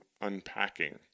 unpacking